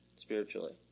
spiritually